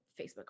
facebook